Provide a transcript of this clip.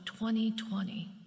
2020